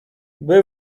był